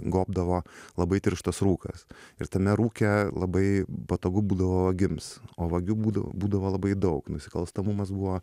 gobdavo labai tirštas rūkas ir tame rūke labai patogu būdavo vagims o vagių būdav būdavo labai daug nusikalstamumas buvo